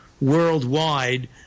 worldwide